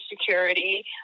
security